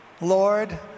Lord